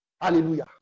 Hallelujah